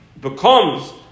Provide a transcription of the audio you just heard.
becomes